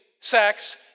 sex